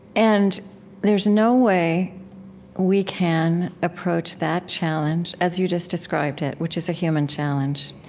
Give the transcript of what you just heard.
and there's no way we can approach that challenge as you just described it, which is a human challenge,